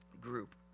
group